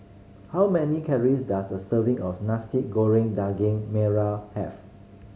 how many calories does a serving of Nasi Goreng Daging Merah have